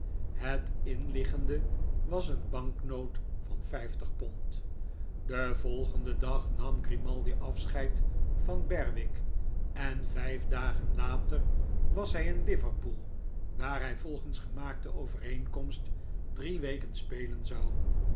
het inliggende was een banknoot van vijftig pond den volgenden dag nam grimaldi afscheid van berwick en vijf dagen later was hij in liverpool waar hij volgens gemaakte overeenkomst drie weken spelen zou